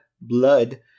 blood